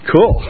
Cool